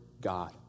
God